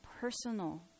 personal